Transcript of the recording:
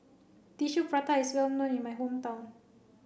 Tissue Prata is well known in my hometown